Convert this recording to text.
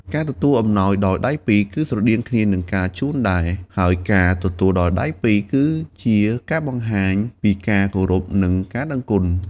ការទទួលអំណោយដោយដៃពីរ គឺស្រដៀងគ្នានឹងការជូនដែរ ហើយការទទួលដោយដៃពីរគឺជាការបង្ហាញ ពីការគោរព និងការដឹងគុណ។